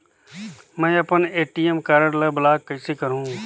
मै अपन ATM card ल ब्लाक कइसे करहूं?